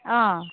অঁ